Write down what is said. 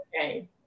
okay